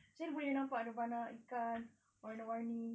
jadi boleh nampak ada banyak ikan warna-warni